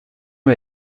mir